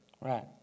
right